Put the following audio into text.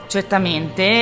Certamente